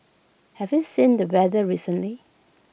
have you seen the weather recently